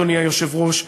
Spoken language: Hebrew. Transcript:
אדוני היושב-ראש,